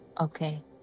Okay